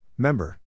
Member